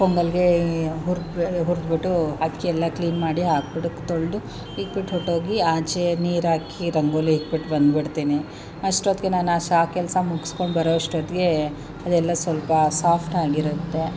ಪೊಂಗಲ್ಗೆ ಹುರ್ದು ಬಿ ಹುರಿಸ್ಬಿಟ್ಟು ಅಕ್ಕಿ ಎಲ್ಲ ಕ್ಲೀನ್ ಮಾಡಿ ಹಾಕಿಬಿಟ್ಟು ತೊಳೆದು ಇಟ್ಬಿಟ್ಟು ಹೊರ್ಟೋಗಿ ಆಚೆ ನೀರಾಕಿ ರಂಗೋಲಿ ಇಟ್ಬಿಟ್ಟು ಬಂದ್ಬಿಡ್ತೀನಿ ಅಷ್ಟೊತ್ತಿಗೆ ನಾನು ಅಷ್ಟು ಆ ಕೆಲಸ ಮುಗ್ಸ್ಕೊಂಡು ಬರೋ ಅಷ್ಟೊತ್ತಿಗೆ ಅದೆಲ್ಲ ಸ್ವಲ್ಪ ಸಾಫ್ಟ್ ಆಗಿರುತ್ತೆ